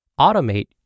automate